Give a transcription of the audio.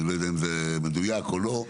ואני לא יודע אם זה מדויק או לא,